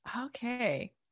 Okay